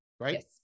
Right